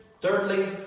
thirdly